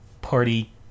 Party